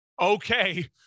okay